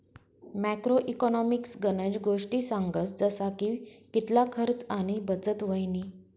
macro economics गनज गोष्टी सांगस जसा की कितला खर्च आणि बचत व्हयनी